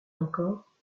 encore